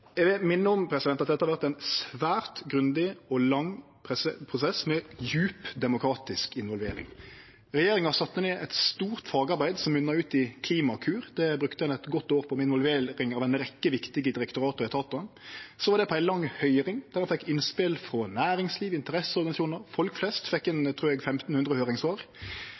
Eg vil minne om at dette har vore ein svært grundig og lang prosess med djup demokratisk involvering. Regjeringa sette ned eit stort fagarbeid som munna ut i Klimakur, det brukte ein eit godt år på, med involvering av ei rekkje viktige direktorat og etatar. Så var det på ei lang høyring, der ein fekk innspel frå næringsliv, interesseorganisasjonar, folk flest – eg trur